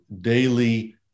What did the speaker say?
daily